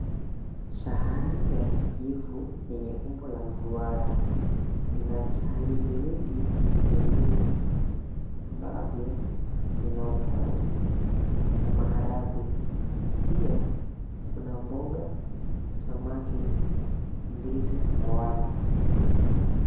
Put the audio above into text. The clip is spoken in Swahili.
Sahani ya kijivu yenye umbo la mduara lina visahani viwili vyengine ambavyo vina ukwaju na maharagwe pia kuna mboga samaki, ndizi na wali.